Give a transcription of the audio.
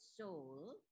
soul